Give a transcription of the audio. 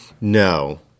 No